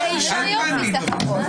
מי נגד?